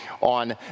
on